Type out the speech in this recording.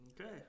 Okay